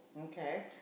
Okay